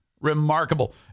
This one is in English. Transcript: Remarkable